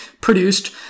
produced